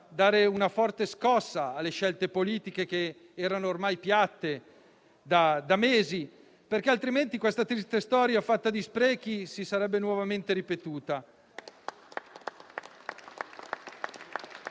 dare una forte scossa alle scelte politiche, che erano ormai piatte da mesi. Altrimenti questa triste storia, fatta di sprechi, si sarebbe nuovamente ripetuta.